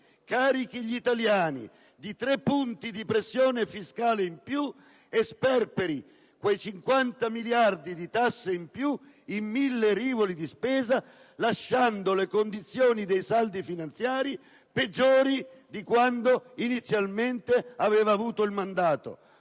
carichi gli italiani di tre punti di pressione fiscale in più e sperperi quei 50 miliardi di tasse in più in mille rivoli di spesa, lasciando le condizioni dei saldi finanziari peggiori di quando inizialmente aveva avuto il mandato!